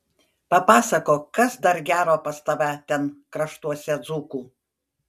papasakok kas dar gero pas tave ten kraštuose dzūkų